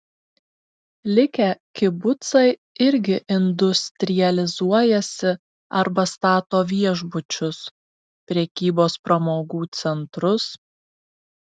likę kibucai irgi industrializuojasi arba stato viešbučius prekybos pramogų centrus